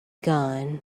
gone